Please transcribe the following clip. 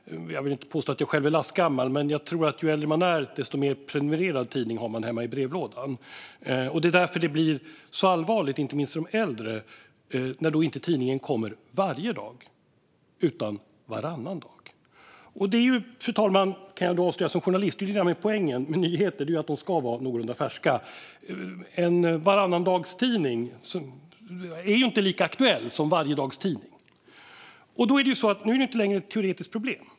Jag vill inte påstå att jag själv är lastgammal, men jag tror att ju äldre man är, desto fler prenumererade tidningar har man hemma i brevlådan. Det är därför det blir så allvarligt, inte minst för de äldre, när tidningen inte kommer varje dag utan varannan dag. Fru talman! Som journalist kan jag avslöja att poängen med nyheter är att de ska vara någorlunda färska. En varannandagstidning är inte lika aktuell som en varjedagstidning. Och nu är det inte längre ett teoretiskt problem.